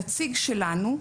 נציג שלנו,